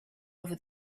over